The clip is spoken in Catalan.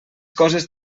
coses